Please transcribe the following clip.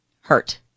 hurt